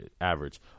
average